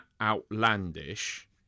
outlandish